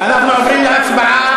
אנחנו עוברים להצבעה.